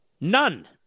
None